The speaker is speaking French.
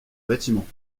bâtiments